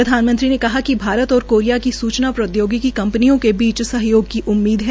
प्रधानमंत्री ने कहा कि भारत और कोरिया की सूचना प्रौद्योगिकी कंपनियों के बीच सहयोग की उम्मीद है